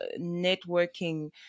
networking